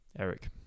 Eric